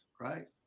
right